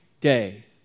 day